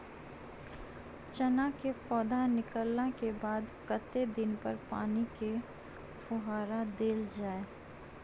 चना केँ पौधा निकलला केँ बाद कत्ते दिन पर पानि केँ फुहार देल जाएँ?